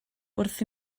wrth